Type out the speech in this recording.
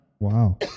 Wow